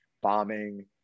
bombing